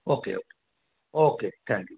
okay okay okay thank you